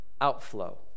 outflow